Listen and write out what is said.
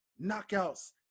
Knockouts